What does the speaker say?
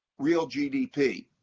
real gdp.